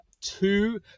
two